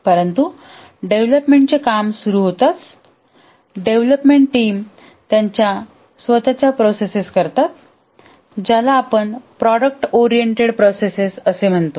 परंतु डेव्हलपमेंटचे काम सुरू होताच डेव्हलपमेंट टीम त्यांच्या स्वत च्या प्रोसेसेस करतात ज्याला आपण प्रॉडक्ट ओरिएंटेड प्रोसेस म्हणतो